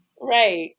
right